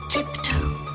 Tiptoe